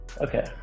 Okay